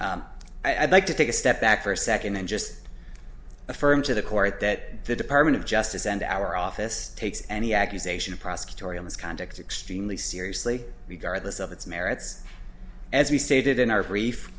court i'd like to take a step back for a second and just affirm to the court that the department of justice and our office takes any accusation of prosecutorial misconduct extremely seriously regardless of its merits as we stated in our brief